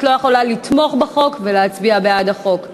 לא יכולה לתמוך בחוק ולהצביע בעד החוק.